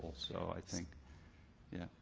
so i think yeah.